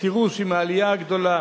ותראו שעם העלייה הגדולה